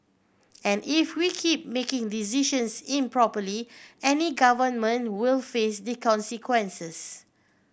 and if we keep making decisions improperly any government will face the consequences